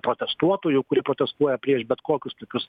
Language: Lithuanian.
protestuotojų kurie protestuoja prieš bet kokius tokius